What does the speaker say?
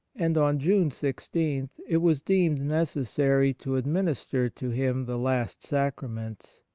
and on june sixteen it was deemed necessary to administer to him the last sacraments,